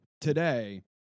today